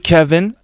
Kevin